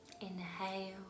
inhale